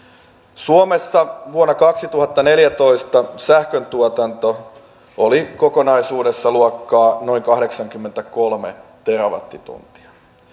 suomessa vuonna kaksituhattaneljätoista sähköntuotanto oli kokonaisuudessaan luokkaa noin kahdeksankymmentäkolme terawattituntia